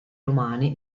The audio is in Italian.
romani